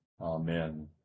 Amen